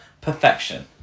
perfection